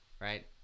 right